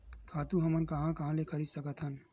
खातु हमन कहां कहा ले खरीद सकत हवन?